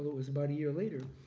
it was about a year later.